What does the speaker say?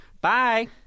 Bye